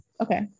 Okay